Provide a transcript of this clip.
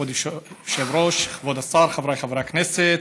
כבוד היושב-ראש, כבוד השר, חבריי חברי הכנסת,